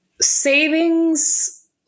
savings